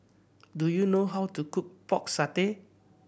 do you know how to cook Pork Satay